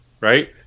right